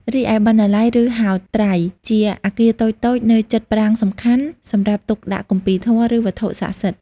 រីឯបណ្ណាល័យ ឬហោត្រៃ ជាអគារតូចៗនៅជិតប្រាង្គសំខាន់ សម្រាប់ទុកដាក់គម្ពីរធម៌ ឬវត្ថុស័ក្តិសិទ្ធិ។